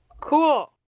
Cool